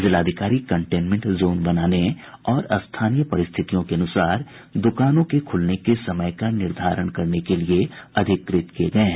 जिलाधिकारी containment zone बनाने और स्थानीय परिस्थितियों के अनुसार दुकानों के खुलने के समय का निर्धारण करने के लिये अधिकृत किये गये हैं